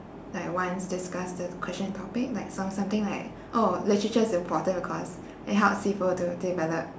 like once discussed the question topic like some~ something like oh literature is important cause it helps people to develop